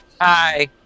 hi